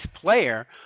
player